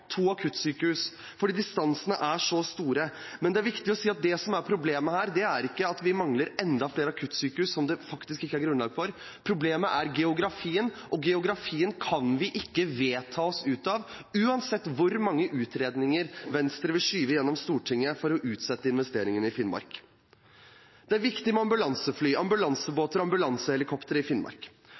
to akuttsykehus, fordi distansene er så store. Det er viktig å si at det som er problemet her, ikke er at vi mangler flere akuttsykehus – som det faktisk ikke er grunnlag for. Problemet er geografien, og geografien kan vi ikke vedta oss ut av, uansett hvor mange utredninger Venstre vil skyve gjennom Stortinget for å utsette investeringene i Finnmark. Det er viktig med ambulansefly, ambulansebåter og ambulansehelikoptre i Finnmark.